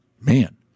Man